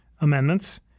amendments